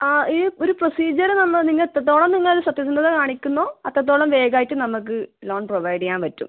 ആ ഈ ഒരു പ്രൊസീജ്യറ് നമ്മൾ നിങ്ങൾ എത്രത്തോളം നിങ്ങൾ സത്യസന്ധത കാണിക്കുന്നോ അത്രത്തോളം വേഗമായിട്ട് നമ്മൾക്ക് ലോൺ പ്രൊവൈഡ് ചെയ്യാൻ പറ്റും